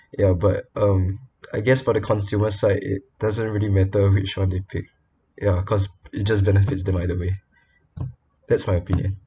ya but um I guess for the consumer side it doesn't really matter which one to pick ya cause it just benefits them either way that's my opinion